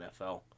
NFL